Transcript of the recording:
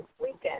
weekend